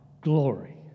glory